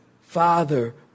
father